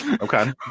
okay